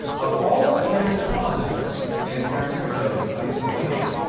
of all attempts at positiveness, in its aspect of isolation,